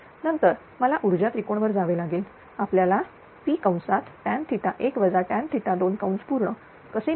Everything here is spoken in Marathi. नंतर मला ऊर्जा त्रिकोण वर जावे लागेल आपल्याला P कसे मिळाले